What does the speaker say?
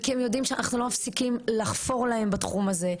וכי הם יודעים שאנחנו לא מפסיקים לחפור להם בתחום הזה,